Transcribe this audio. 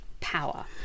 power